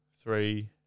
three